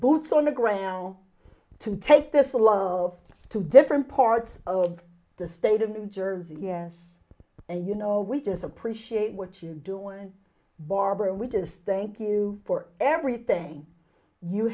boots on the ground to take this love to different parts of the state of new jersey yes and you know we just appreciate what you do and barbara we just think you for everything you